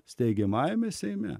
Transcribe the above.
steigiamajame seime